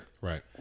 right